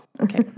Okay